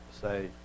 Say